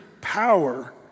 power